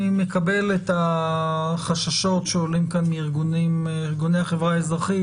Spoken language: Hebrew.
אני מקבל את החששות שעולים כאן מארגוני החברה האזרחית,